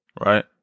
Right